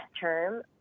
term